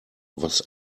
was